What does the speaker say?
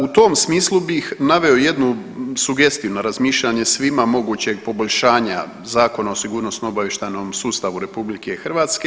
U tom smislu bih naveo jednu sugestiju na razmišljanje svima mogućeg poboljšanja Zakona o sigurnosno-obavještajnom sustavu RH.